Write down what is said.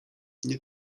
nie